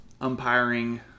umpiring